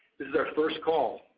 this is our first call,